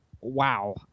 Wow